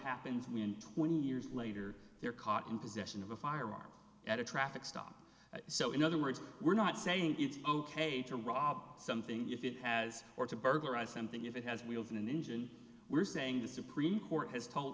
happens when twenty years later they're caught in possession of a firearm at a traffic stop so in other words we're not saying it's ok to rob something if it has or to burglarize something if it has wheels on an engine we're saying the supreme court has told